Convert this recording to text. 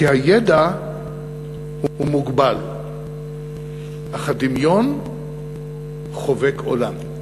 כי הידע מוגבל אך הדמיון חובק עולם.